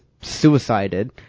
suicided